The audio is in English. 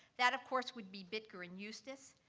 that, of course, would be bittker and eustice.